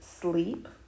sleep